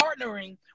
partnering